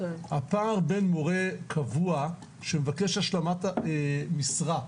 הפער בין מורה קבוע שמבקש השלמת משרה,